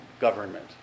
government